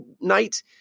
night